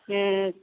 हुँ